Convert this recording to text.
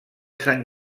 sant